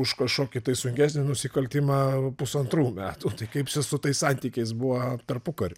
už kažkokį tai sunkesnį nusikaltimą pusantrų metų tai kaip čia su tais santykiais buvo tarpukariu